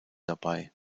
dabei